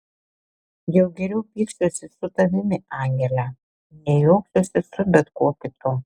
jau geriau pyksiuosi su tavimi angele nei juoksiuosi su bet kuo kitu